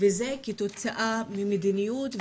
וזה כתוצאה ממדיניות,